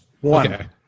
One